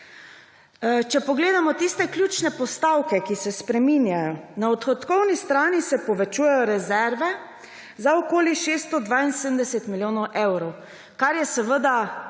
Če pogledamo tiste ključne postavke, ki se spreminjajo. Na odhodkovni strani se povečujejo rezerve za okoli 672 milijonov evrov, kar je seveda